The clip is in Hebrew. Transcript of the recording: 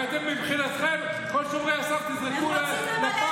הרי מבחינתכם, את כל שומרי הסף תזרקו לפח.